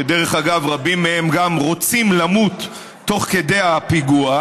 שדרך אגב רבים מהם גם רוצים למות תוך כדי הפיגוע,